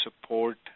support